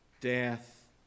death